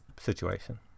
situation